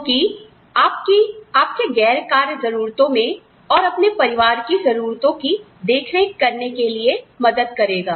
जो कि आपकी आपके गैर कार्य ज़रूरतों में और अपने परिवार की ज़रूरतों की देखरेख करने के लिए मदद करेगा